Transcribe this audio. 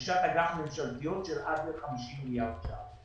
ורכישת אג"ח ממשלתיות של עד ל-50 מיליארד שקלים.